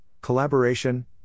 collaboration